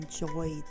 enjoyed